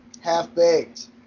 Half-Baked